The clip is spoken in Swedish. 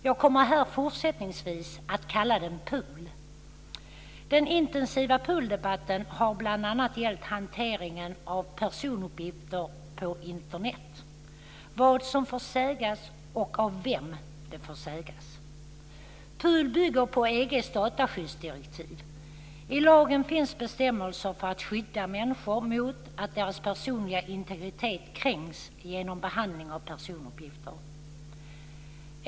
Jag kommer fortsättningsvis att kalla den Den intensiva PUL-debatten har bl.a. gällt hanteringen av personuppgifter på Internet - vad som får sägas och av vem det får sägas. PUL bygger på EG:s dataskyddsdirektiv. I lagen finns bestämmelser för att skydda människor mot att deras personliga integritet kränks genom behandling av personuppgifter.